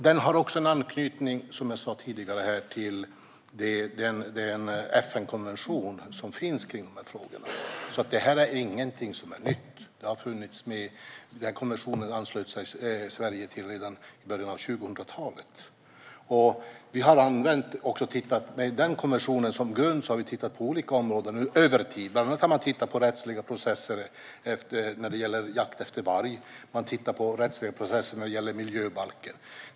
Som jag också sa tidigare har den även en anknytning till den FN-konvention som finns om dessa frågor. Detta är inte något nytt. Sverige anslöt sig till konventionen redan i början av 2000-talet. Med konventionen som grund har vi tittat på olika områden över tid, bland annat rättsliga processer när det gäller jakt efter varg och miljöbalken.